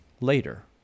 later